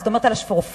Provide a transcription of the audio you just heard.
זאת אומרת על השפופרת,